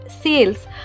sales